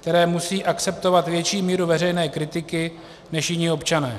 které musí akceptovat větší míru veřejné kritiky než jiní občané.